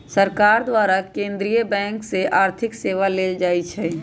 सरकार द्वारा केंद्रीय बैंक से आर्थिक सेवा लेल जाइ छइ